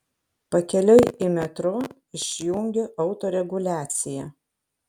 pakeliui į metro išjungiu autoreguliaciją